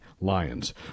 Lions